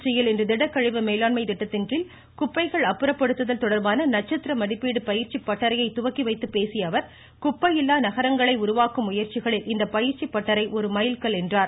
திருச்சியில் இன்று திடக்கழிவு மேலாண்மை திட்டத்தின்கீழ் குப்பைகள் அப்புறப்படுத்துதல் தொடர்பான நட்சத்திர மதிப்பீட்டு பயிற்சி பட்டறையை துவக்கி வைத்து பேசிய அவர் குப்பையில்லா நகரங்களை உருவாக்கும் முயற்சிகளில் இந்த பயிற்சி பட்டறை ஒரு மைல்கல் என்றார்